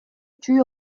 чүй